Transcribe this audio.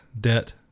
debt